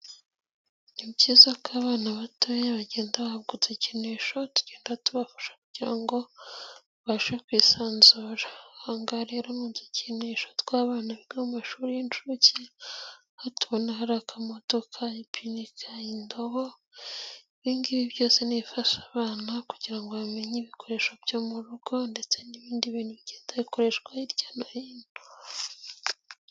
Ni byiza ko abana batoya bagenda bahabwa udukinisho tugenda tubafasha kugira ngo babashe kwisanzura, ahangaha rero mudukinisho tw'abana biga mu mashuri y'incuke hatubona hari akamoto, agapine, indobo. Ibingibi byose niibifasha abana kugira ngo bamenye ibikoresho byo mu rugo ndetse n'ibindi bintu bigenda bikoreshwa hirya no hino.